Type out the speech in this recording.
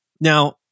Now